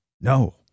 No